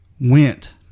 went